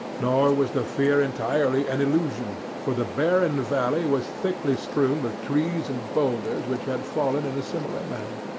nor was the fear entirely an illusion, for the barren valley was thickly strewn with trees and boulders which had fallen in a similar manner.